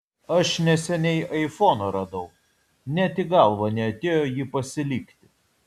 aš neseniai aifoną radau net į galvą neatėjo jį pasilikti